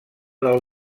del